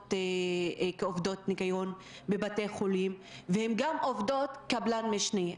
שעובדות בניקיון בבתי החולים והן גם עובדות כקבלן משנה.